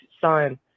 sign